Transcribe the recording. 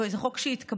וזה חוק שהתקבל.